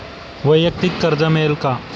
वैयक्तिक कर्ज मिळेल का?